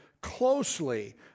closely